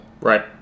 Right